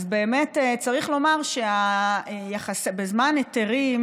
באמת צריך לומר שבזמן היתרים,